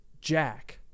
jack